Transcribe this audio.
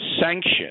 sanction